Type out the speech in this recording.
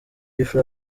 fla